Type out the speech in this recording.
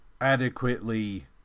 adequately